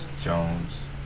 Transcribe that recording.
Jones